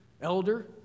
elder